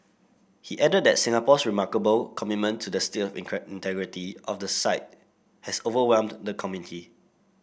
he added that Singapore's remarkable commitment to the state of integrity of the site has overwhelmed the committee